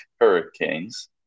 Hurricanes